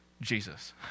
Jesus